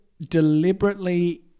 deliberately